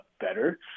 better